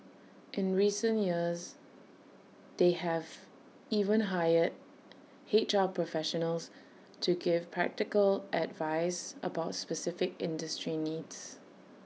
in recent years they have even hired H R professionals to give practical advice about specific industry needs